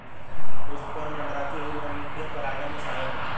पुष्प पर मंडराती हुई मधुमक्खी परागन में सहायक होती है